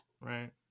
right